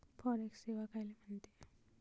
Forex सेवा कायले म्हनते?